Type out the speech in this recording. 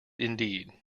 indeed